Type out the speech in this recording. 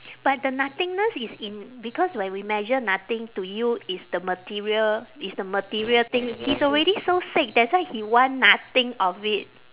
but the nothingness is in because when we measure nothing to you it's the material it's the material thing he's already so sick that's why he want nothing of it